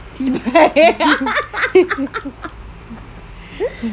cheebye